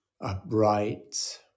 upright